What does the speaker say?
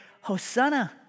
Hosanna